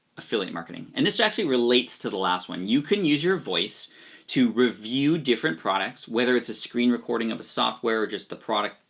affiliate marketing. and this actually relates to the last one. you can use your voice to review different products, whether it's a screen recording of a software or just the product,